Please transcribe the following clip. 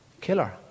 killer